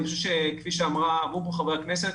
כפי שאמרו חברי הכנסת,